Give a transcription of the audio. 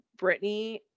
Britney